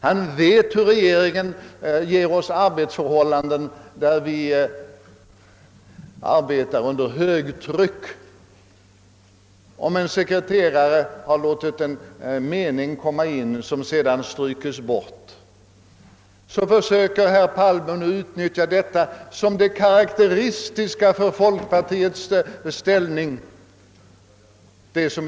Han vet att regeringen ger oss sådana arbetsförhållanden att vi måste arbeta under högtryck. Om en sekreterare har råkat få med en mening som sedan strukits bort försöker herr Palme utnyttja detta som det karakteristiska i vår motion!